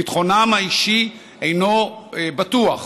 ביטחונם האישי אינו בטוח.